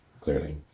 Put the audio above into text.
clearly